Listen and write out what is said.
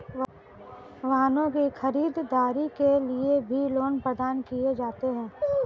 वाहनों की खरीददारी के लिये भी लोन प्रदान किये जाते हैं